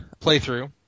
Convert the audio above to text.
playthrough